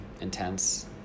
intense